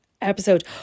episode